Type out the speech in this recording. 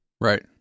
Right